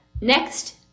Next